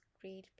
great